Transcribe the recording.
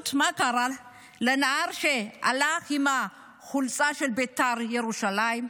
מה קרה לנער שהלך פשוט עם החולצה של בית"ר ירושלים?